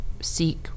seek